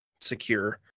secure